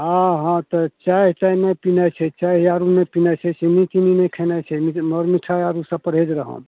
हँ हँ तऽ चाइ ताइ नहि पिनाइ छै चाइ आओर नहि पिनाइ छै चिन्नी तिन्नी नहि खेनाइ छै मर मिठाइ आओर ईसब परहेज रहब